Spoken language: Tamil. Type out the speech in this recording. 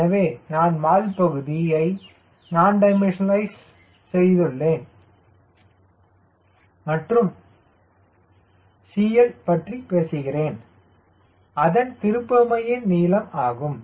எனவே நான் வால் பகுதி நான் டிமென்ஷன்ஸ்நளைஸ் CL பற்றி பேசுகிறேன் மற்றும் அதன் திருப்புமையின் நீளம் ஆகும்